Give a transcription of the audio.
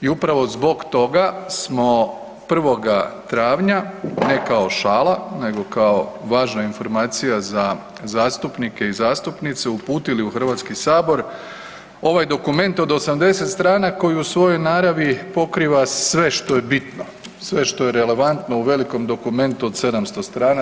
I upravo zbog toga smo 1. travnja, ne kao šala, nego kao važna informacija za zastupnike i zastupnice uputili u Hrvatski sabor ovaj dokument od 80 strana koji u svojoj naravi pokriva sve što je bitno, sve što je relevantno u velikom dokumentu od 700 strana.